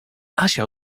asia